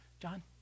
John